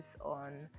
on